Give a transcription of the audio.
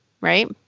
right